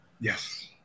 Yes